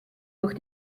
durch